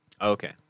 Okay